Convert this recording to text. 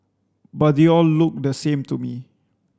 but they all looked the same to me